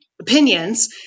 opinions